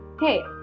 hey